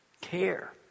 care